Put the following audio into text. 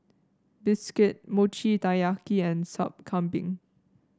bistake Mochi Taiyaki and Sup Kambing